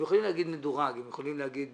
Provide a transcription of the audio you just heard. הם יכולים להגיד מדורג, הם יכולים להגיד